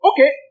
Okay